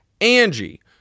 Angie